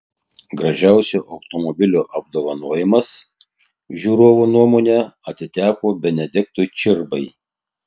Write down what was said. gražiausio automobilio apdovanojimas žiūrovų nuomone atiteko benediktui čirbai